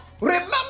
remember